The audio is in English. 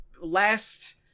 last